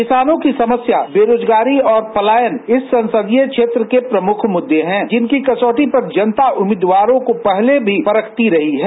किसानों की समस्याएं बेरोजगारी और पलायन इस संसदीय क्षेत्र के प्रमुख मूद्दे हैं जिनकी कसौटी पर जनता उम्मीदवारों को पहले भी परखती रही है